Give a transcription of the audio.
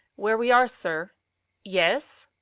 where we are, sir yes?